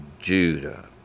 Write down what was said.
Judah